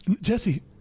Jesse